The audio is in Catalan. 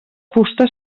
fusta